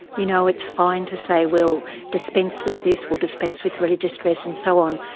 you know, it's fine to say, we'll dispense with this, we'll dispense with religious dress and so on.